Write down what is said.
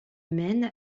maine